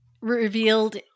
revealed